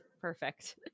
Perfect